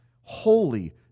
holy